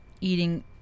eating